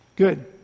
Good